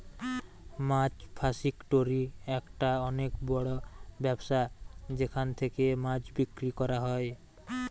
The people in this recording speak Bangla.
মাছ ফাসিকটোরি একটা অনেক বড় ব্যবসা যেখান থেকে মাছ বিক্রি করা হয়